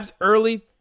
early